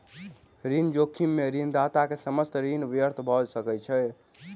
ऋण जोखिम में ऋणदाता के समस्त ऋण व्यर्थ भ सकै छै